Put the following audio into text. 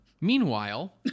Meanwhile